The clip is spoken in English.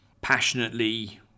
passionately